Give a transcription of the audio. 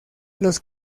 los